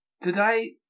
Today